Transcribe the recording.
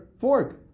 fork